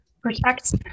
protect